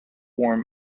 from